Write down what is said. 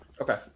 Okay